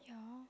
yeah